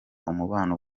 umubano